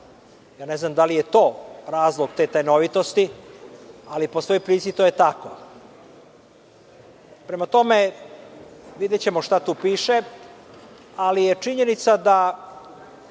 Ne znam da li je to razlog te tajnovitosti, ali po svoj prilici to je tako. Prema tome, videćemo šta tu piše, ali je činjenica da